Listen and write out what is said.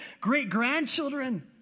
great-grandchildren